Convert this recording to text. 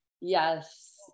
Yes